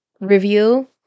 review